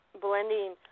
blending